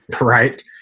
right